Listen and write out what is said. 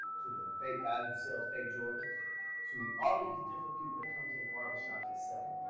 to the fake guy, who sells fake jordan's to all of these different people that comes in barbershops for selling.